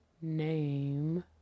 name